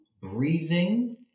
breathing